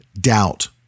doubt